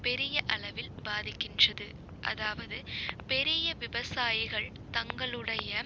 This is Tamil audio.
பெரிய அளவில் பாதிக்கின்றது அதாவது பெரிய விவசாயிகள் தங்களுடைய